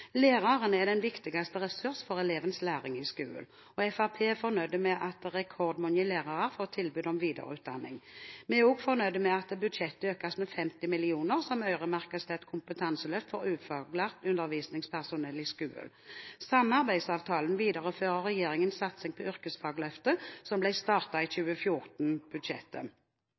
Læreren er den viktigste ressurs for elevens læring i skolen. Fremskrittspartiet er fornøyd med at rekordmange lærere får tilbud om videreutdanning. Vi er også fornøyd med at budsjettet økes med 50 mill. kr som øremerkes et kompetanseløft for ufaglært undervisningspersonell i skolen. Samarbeidsavtalen viderefører regjeringens satsing på Yrkesfagløftet som ble startet i